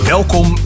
Welkom